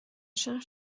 شهر